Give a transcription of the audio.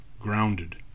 grounded